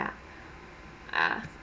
ah